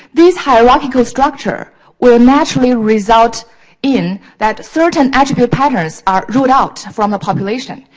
this hierarchical structure will naturally result in that certain attribute patterns are ruled out from a population.